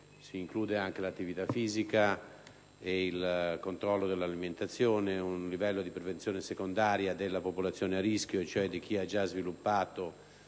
si include anche l'attività fisica e il controllo dell'alimentazione; un livello di prevenzione secondaria della popolazione a rischio, cioè di chi ha già sviluppato